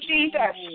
Jesus